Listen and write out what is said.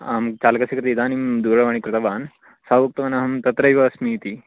आम् चालकस्य कृते इदानीं दूरवाणीं कृतवान् सः उक्तवान् अहं तत्रैव अस्मि इति